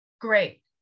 great